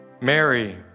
Mary